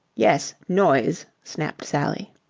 yes, noise, snapped sally.